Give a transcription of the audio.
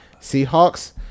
Seahawks